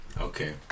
okay